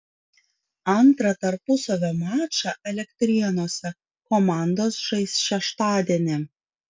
antrą tarpusavio mačą elektrėnuose komandos žais šeštadienį